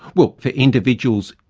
well, for individuals,